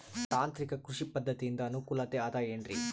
ತಾಂತ್ರಿಕ ಕೃಷಿ ಪದ್ಧತಿಯಿಂದ ಅನುಕೂಲತೆ ಅದ ಏನ್ರಿ?